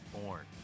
Born